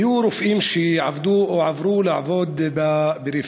היו רופאים שעבדו או עברו לעבוד בפריפריה,